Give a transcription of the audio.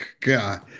God